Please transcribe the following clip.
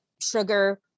sugar